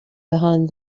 behind